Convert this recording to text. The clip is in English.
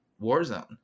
warzone